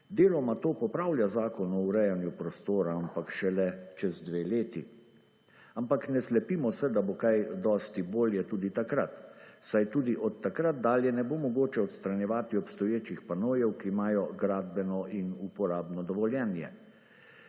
Deloma to popravlja Zakon o urejanju prostora, ampak šele čez dve leti, ampak ne slepimo se, da bo kaj dosti bolje tudi takrat, saj tudi od takrat dalje ne bo mogoče odstranjevati obstoječih panojev, ki imajo gradbeno in uporabno dovoljenje.